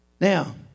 Now